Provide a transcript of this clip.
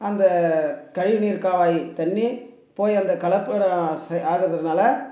அந்தக் கழிவு நீர் கால்வாய் தண்ணி போய் அந்தக் கலப்படம் செ ஆகிறதுனால